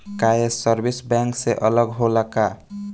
का ये service bank से अलग होला का?